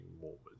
moments